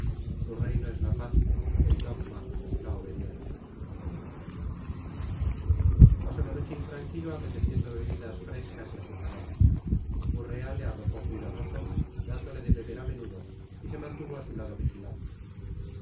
su reino es la paz el dogma la obediencia pasó la noche intranquilo apeteciendo bebidas frescas y azucaradas urrea le arropó cuidadoso dándole de beber a menudo y se mantuvo a su lado vigilante